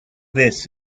this